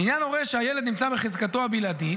לעניין הורה שהילד נמצא בחזקתו הבלעדית,